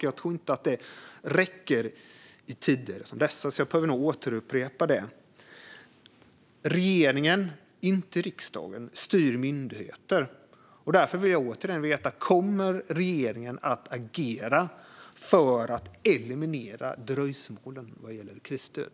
Jag tror dock inte att det räcker i tider som dessa. Därför behöver jag nog upprepa min fråga. Regeringen, inte riksdagen, styr myndigheter. Därför vill jag återigen veta om regeringen kommer att agera för att eliminera dröjsmålen vad gäller krisstöd.